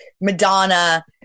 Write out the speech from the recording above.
Madonna